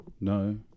No